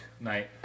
Night